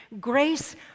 Grace